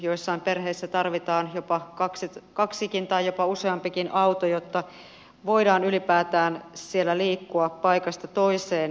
joissain perheissä tarvitaan kaksikin tai jopa useampikin auto jotta voidaan ylipäätään siellä liikkua paikasta toiseen